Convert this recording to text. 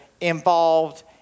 involved